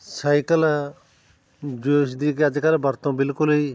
cycle ਜਿਸ ਦੀ ਕਿ ਅੱਜ ਕੱਲ੍ਹ ਵਰਤੋਂ ਬਿਲਕੁਲ ਹੀ